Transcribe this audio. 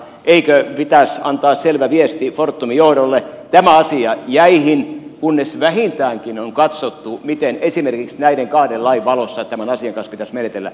eikö pitäisi antaa selvä viesti fortumin johdolle että tämä asia jäihin kunnes vähintäänkin on katsottu miten esimerkiksi näiden kahden lain valossa tämän asian kanssa pitäisi menetellä